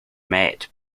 met